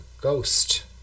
ghost